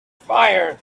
fire